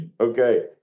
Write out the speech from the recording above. Okay